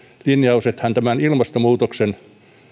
linjaus on se että hän ilmastonmuutoksen